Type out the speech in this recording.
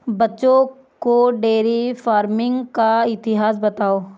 बच्चों को dairy farming का इतिहास बताओ